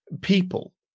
people